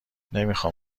نمیخام